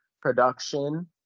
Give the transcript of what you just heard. production